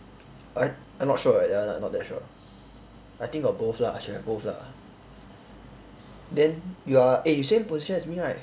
I I not sure that one I not that sure I think got both lah should have both lah then you are eh you same position as me right